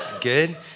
good